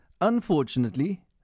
Unfortunately